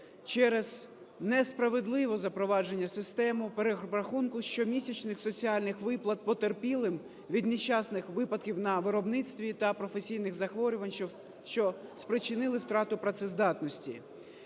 через несправедливо запроваджену систему перерахунку щомісячних соціальних виплат потерпілим від нещасних випадків на виробництві та професійних захворювань, що спричинили втрату працездатності.